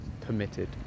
permitted